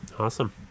Awesome